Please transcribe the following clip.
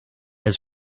was